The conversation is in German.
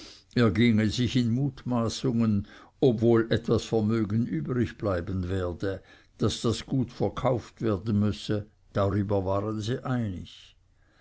ergingen sich in mutmaßungen ob wohl etwas vermögen übrig bleiben werde daß das gut verkauft werden müsse darüber waren sie einig